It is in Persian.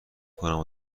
کنم